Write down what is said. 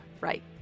right